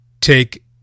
take